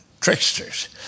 tricksters